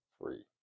free